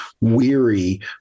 weary